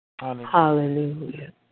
Hallelujah